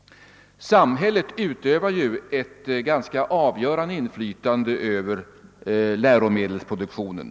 Samhället utövar ett ganska avgörande inflytande över läromedelsproduktionen.